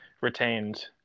retained